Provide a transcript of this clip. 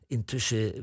Intussen